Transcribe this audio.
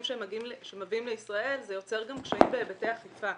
שמביאים לישראל זה יוצר גם קשיים בהיבטי האכיפה.